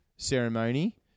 ceremony